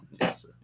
yes